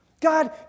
God